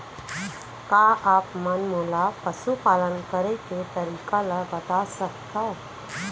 का आप मन मोला पशुपालन करे के तरीका ल बता सकथव?